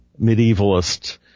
medievalist